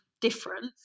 difference